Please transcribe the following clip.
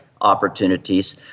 opportunities